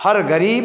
हर गहरीब